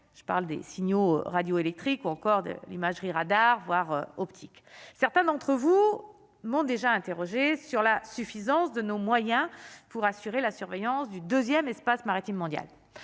je parle des signaux radioélectriques ou encore de l'imagerie radar voire optique, certains d'entre vous m'ont déjà interrogé sur la suffisance de nos moyens pour assurer la surveillance du 2ème espace maritime mondial